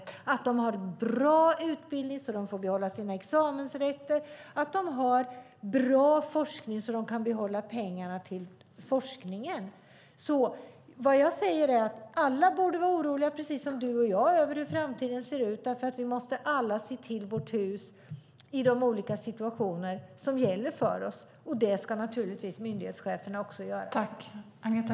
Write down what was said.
Det handlar om att de har bra utbildning, så att de får behålla sina examensrätter och att de har bra forskning, så att de kan behålla pengarna till forskningen. Vad jag säger är att alla borde vara oroliga, precis som du och jag, över hur framtiden ser ut. För vi måste alla se om vårt hus i de olika situationer som gäller för oss. Det ska naturligtvis myndighetscheferna också göra.